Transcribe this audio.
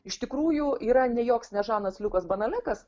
iš tikrųjų yra ne joks ne žanas liukas banalekas